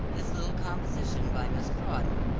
this little composition by miss crawdon,